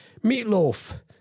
Meatloaf